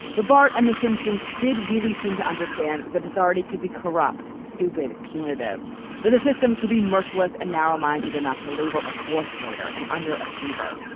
but bart and the simpsons did really seem to understand that authority could be corrupt stupid punitive that the system could be merciless and narrow minded enough to label a fourth grader an underachiever.